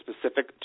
specific